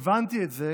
הבנתי את זה